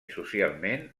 socialment